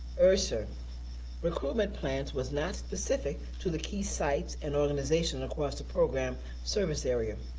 ersea, recruitment plans was not specific to the key sites and organization across the program service area.